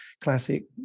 classic